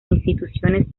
instituciones